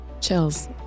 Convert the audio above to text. Chills